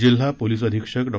जिल्हा पोलीस अधीक्षक डॉ